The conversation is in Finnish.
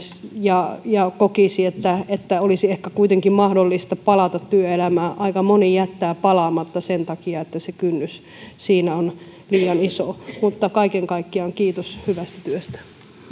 ja ja kokisi että että olisi ehkä kuitenkin mahdollista palata työelämään aika moni jättää palaamatta sen takia että se kynnys siinä on liian iso mutta kaiken kaikkiaan kiitos hyvästä työstä